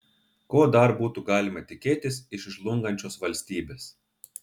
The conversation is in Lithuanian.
ko dar būtų galima tikėtis iš žlungančios valstybės